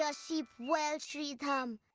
ah sheep well, sridham,